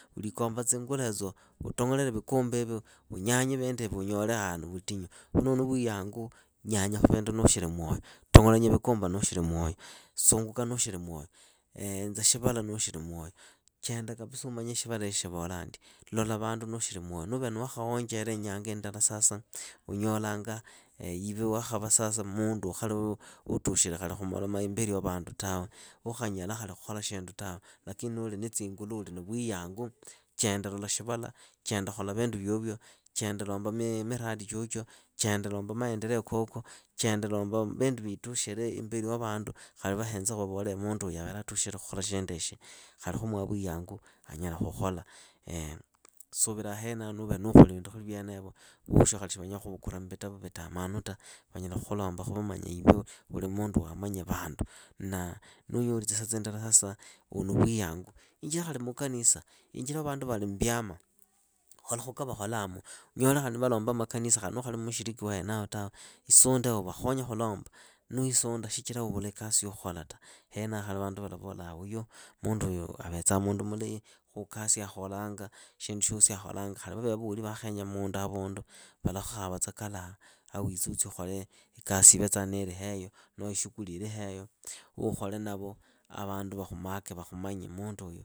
Uliikomba tsinguluetso utong'olanye vikumbevo, unyanye vinduevo unyole ni vutinyu. Khu nuuli na vuyangu nyanyakhu vindu nuushili mwoyo, tong'olanya vikumba nushili mwoyo, sunguka nushili mwoyo. henza shivala nushili mwoyo, chenda kaisa umanye shivala shivolandi. lola vandu nushili mwoyo nuvele wakhahonjela inyanga indala sasa iwe wakhava sasa mundu ukhali utushile khali khumoloma imbeli wa vandu tawe, ukhanyala khali khola shindu tawe. Lakini nuli na tsingulu uli na vuyangu. chenda lola shivala. chenda lomba mirati chyochyo, chenda lomba maendeleo koko. chenda lomba vindu vitukhi imbeli wa vandu. khali vahenzakhu vavole munduyu atukhile khola shinduishi khali khumuha vuyangu anyala khola. Suvira henaho nuukholi vindu khuli vyenevo vosho shi vanyala khuvukula mbitapu vitamanu ta, vanyala khulomba manya ive uli mundu wamanya vandu. Na nuunyoli tsisa tsindala sasa uli na vuyangu. injila khali mukanisa. wa vandu vali mbyama, kholakhu ka vakholamu. Unyole khali ni valomba makanisa khali nuukhali mushiriki wa henaho tawe. isundeho vakhonye khulomba shichira uvula ikasi ya khola ta. Henaho khali vandu valavola munduyu avrtsa mundu mulahi. khukasi akholanga. shindu shyosi akholanga khali vavere vavoli vaakhenya mundu havundu valakhava tsa kalaha awitse utsi ukhole ikasi ilihoeyo noo ishukuli ilihoeyo uukhole navo, a vandu vakhumake vakhumanye munduyu